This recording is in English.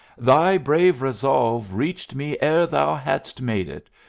thy brave resolve reached me ere thou hadst made it.